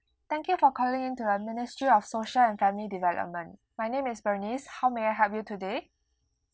thank you for calling in to our ministry of social and family development my name is bernice how may I help you today